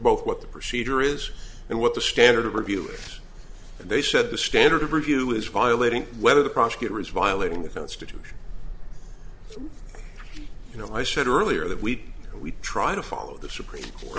both what the procedure is and what the standard of review they said the standard of review is violating whether the prosecutor is violating the constitution you know i said earlier that we we try to follow the supreme court